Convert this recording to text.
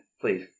please